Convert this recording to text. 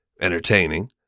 entertaining